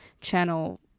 channel